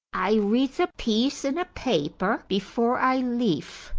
i reads a piece in a paper before i leaf,